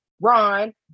Ron